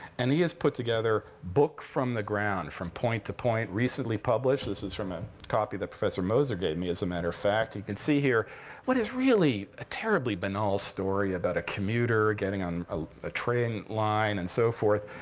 and he has put together book from the ground from point to point, recently published. this is from a copy that professor moser gave me, as a matter of fact. you can see here what is, really, a terribly banal story about a commuter getting on a a train line, and so forth,